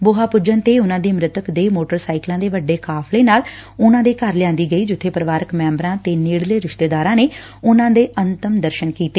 ਬੋਹਾ ਪੁੱਜਣ ਤੇ ਉਨਾਂ ਦੀ ਮ੍ਰਿਤਕ ਦੇਹ ਮੋਟਰ ਸਾਈਕਲਾਂ ਦੇ ਵੱਡੇ ਕਾਫ਼ਲੇ ਨਾਲ ਉਨਾਂ ਦੇ ਘਰ ਲਿਆਂਦੀ ਗਈ ਜਿੱਬੇ ਪਰਿਵਾਰਕ ਮੈਬਰਾ ਤੇ ਨੇੜਲੇ ਰਿਸ਼ਤੇਦਾਰਾਂ ਨੇ ਉਨੂਾਂ ਦੇ ਅਤਿੰਮ ਦਰਸ਼ਨ ਕੀਤੇ